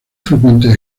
frecuentes